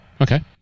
Okay